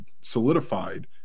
solidified